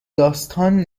داستان